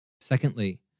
Secondly